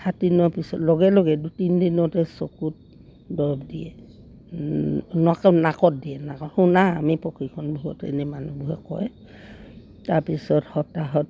সাতদিনৰ পিছত লগে লগে দুই তিনিদিনতে চকুত দৰৱ দিয়ে নাকত দিয়ে নাকত শুনা আমি প্ৰশিক্ষণবোৰত এনেই মানুহবোৰে কয় তাৰপিছত সপ্তাহত